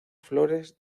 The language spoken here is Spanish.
flores